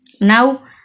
Now